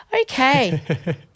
Okay